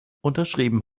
unterschrieben